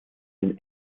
den